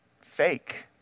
fake